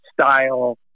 style